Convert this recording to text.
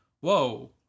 whoa